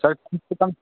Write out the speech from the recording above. sir कम से कम